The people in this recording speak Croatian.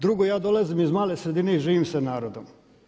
Drugo, ja dolazim iz male sredine i živim sa narodom.